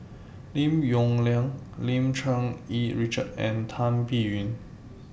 Lim Yong Liang Lim Cherng Yih Richard and Tan Biyun